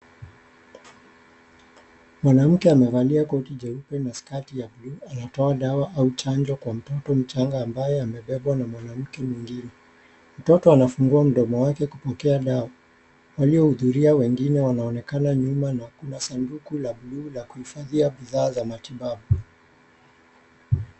Mwanamke amevalia koti jeupe na sketi ya bluu anatoa dawa au chanjo Kwa mtoto mchanga ambaye amebebwa na mwanamke mwingine. Mtoto anafungua mdomo wake kupokea dawa, waliohudhuria wengine wanaonekana nyuma na Kuna sanduku la bluu la kuhifadhia vifaa vya matibabu .